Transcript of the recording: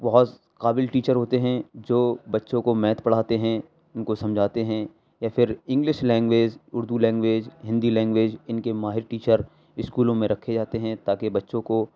بہت قابل ٹیچر ہوتے ہیں جو بچّوں کو میتھ پڑھاتے ہیں ان کو سمجھاتے ہیں یا پھر English language Urdu language Hindi language ان کے ماہر ٹیچر اسکولوں میں رکھے جاتے ہیں تا کہ بچوں کو